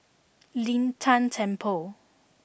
Lin Tan Temple